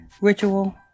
ritual